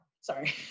sorry